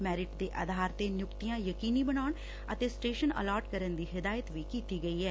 merit ਦੇ ਆਧਾਰ ਤੇ ਨਿਯੁਕਤੀਆਂ ਯਕੀਨੀ ਬਨਾਉਣ ਤੇ ਸਟੇਸ਼ਨ ਅਲਾਟ ਕਰਨ ਦੀ ਹਦਾਇਤ ਵੀ ਕੀਤੀ ਗਈ ਐ